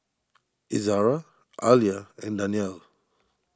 Izzara Alya and Danial